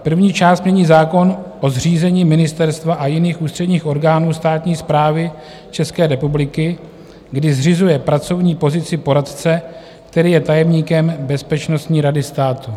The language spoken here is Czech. První část mění zákon o zřízení ministerstva a jiných ústředních orgánů státní správy České republiky, kdy zřizuje pracovní pozici poradce, který je tajemníkem Bezpečnostní rady státu.